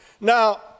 Now